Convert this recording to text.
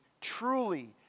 truly